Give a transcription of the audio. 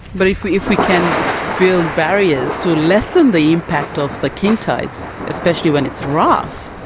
but if we if we can build barriers to lessen the impact of the king tides, especially when it's rough,